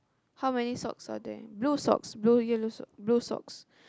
how many socks are there blue socks blue yellow socks blue socks